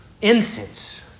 incense